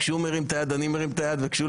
כשהוא מרים את היד אני מרים את היד וכשהוא